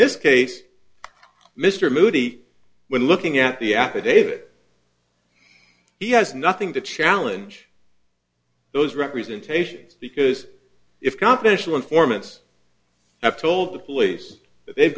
this case mr moody when looking at the affidavit he has nothing to challenge those representations because if confidential informants have told the police that they've